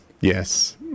Yes